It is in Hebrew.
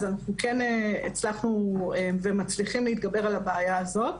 אז אנחנו כן הצלחנו ומצליחים להתגבר על הבעיה הזו.